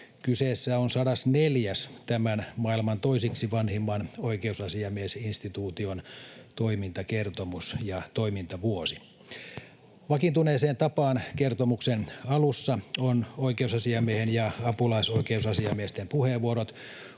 Kyseessä on 104. tämän maailman toiseksi vanhimman oikeusasiamiesinstituution toimintakertomus ja toimintavuosi. Vakiintuneeseen tapaan kertomuksen alussa on oikeusasiamiehen ja apulaisoikeusasiamiesten puheenvuorot